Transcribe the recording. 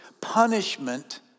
punishment